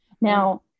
Now